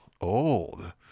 Old